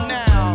now